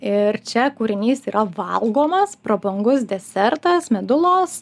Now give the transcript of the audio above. ir čia kūrinys yra valgomas prabangus desertas medulos